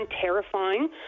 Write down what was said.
terrifying